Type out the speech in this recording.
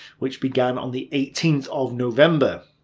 which began on the eighteenth of november.